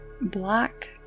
Black